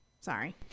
Sorry